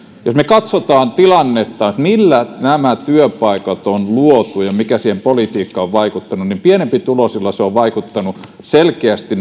jos me katsomme tilannetta millä nämä työpaikat on luotu ja mikä siihen politiikkaan on vaikuttanut niin pienempituloisilla ne veronalennukset ovat vaikuttaneet selkeästi